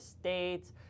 States